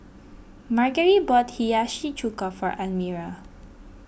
Margery bought Hiyashi Chuka for Almyra